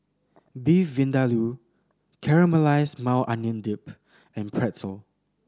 Beef Vindaloo Caramelized Maui Onion Dip and Pretzel